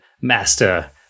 master